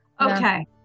Okay